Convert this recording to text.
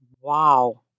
Wow